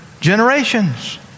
generations